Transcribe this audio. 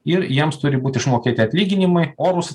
ir jiems turi būti išmokėti atlyginimai orūs